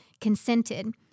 consented